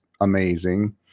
amazing